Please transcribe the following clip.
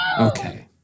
Okay